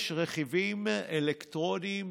יש רכיבים אלקטרוניים